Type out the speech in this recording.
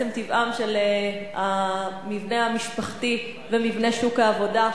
מעצם טבעם של המבנה המשפחתי ומבנה שוק העבודה.